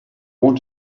want